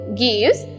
gives